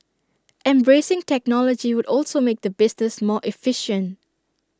embracing technology would also make the business more efficient